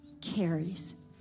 carries